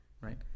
right